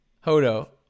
Hodo